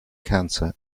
cancer